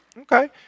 Okay